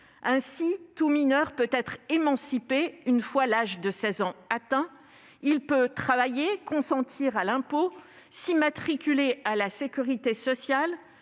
Ainsi, tout mineur peut être émancipé une fois l'âge de 16 ans atteint, travailler, consentir à l'impôt, s'immatriculer à la sécurité sociale,